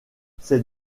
ces